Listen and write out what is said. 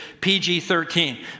PG-13